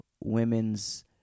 women's